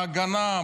ההגנה,